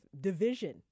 division